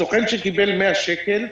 הסוכן שקיבל 100 שקל,